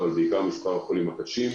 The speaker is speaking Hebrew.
אבל בעיקר ממספר החולים הקשים,